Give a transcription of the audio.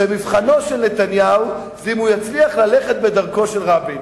שמבחנו של נתניהו זה אם הוא יצליח ללכת בדרכו של רבין.